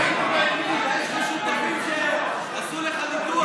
יש לך שותפים שעשו לך ניתוח לשמאל,